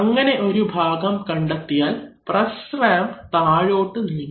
അങ്ങനെ ഒരു ഭാഗം കണ്ടെത്തിയാൽ പ്രസ് റാം താഴോട്ട് നീങ്ങും